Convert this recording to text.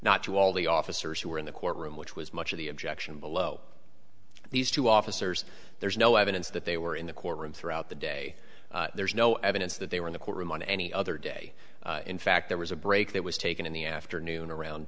not to all the officers who were in the courtroom which was much of the objection below these two officers there's no evidence that they were in the courtroom throughout the day there's no evidence that they were in the courtroom on any other day in fact there was a break that was taken in the afternoon around